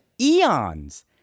eons